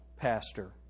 pastor